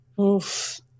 Oof